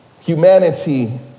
humanity